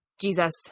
Jesus